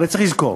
הרי צריך לזכור,